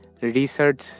research